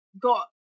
got